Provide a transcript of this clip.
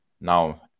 now